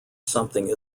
something